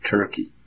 Turkey